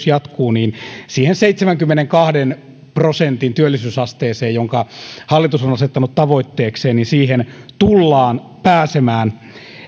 jatkuu siihen seitsemänkymmenenkahden prosentin työllisyysasteeseen jonka hallitus on asettanut tavoitteekseen tullaan pääsemään